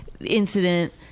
incident